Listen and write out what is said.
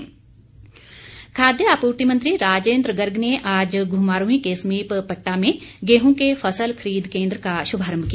राजेंद्र गर्ग खाद्य आपूर्ति मंत्री राजेंद्र गर्ग ने आज घुमारवीं के समीप पट्टा में गेंहू के फसल खरीद केंद्र का शुभारम्भ किया